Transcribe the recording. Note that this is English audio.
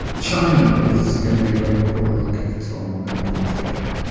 china is going to be a very important market for tom over the next decade.